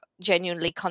genuinely